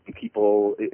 people